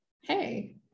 hey